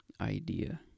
idea